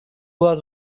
was